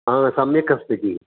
हा सम्यगस्मि जि